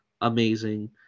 amazing